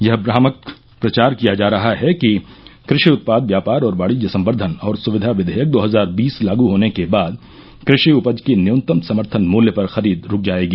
यह भ्रामक प्रचार किया जा रहा है कि कृषि उत्पाद व्यापार और वाणिज्य संवर्धन और सुविधा विधेयक दो हजार बीस लागू होने के बाद कृषि उपज की न्यूनतम समर्थन मूल्य पर खरीद रूक जाएगी